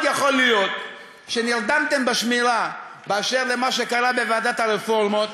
מאוד יכול להיות שנרדמתם בשמירה באשר למה שקרה בוועדת הרפורמות.